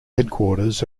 headquarters